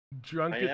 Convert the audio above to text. Drunk